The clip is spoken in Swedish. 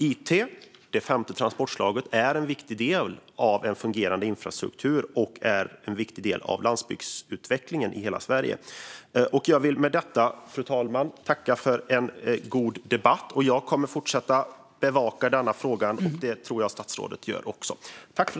It - det femte transportslaget - är en viktig del av en fungerande infrastruktur och en viktig del av landsbygdsutvecklingen i hela Sverige. Jag vill med detta, fru talman, tacka för en god debatt. Jag kommer att fortsätta bevaka denna fråga, och det tror jag att statsrådet också gör.